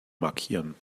markieren